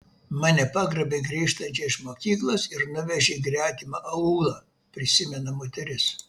mane pagrobė grįžtančią iš mokyklos ir nuvežė į gretimą aūlą prisimena moteris